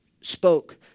spoke